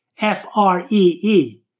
F-R-E-E